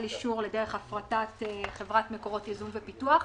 אישור לדרך הפרטת חברת מקורות ייזום ופיתוח.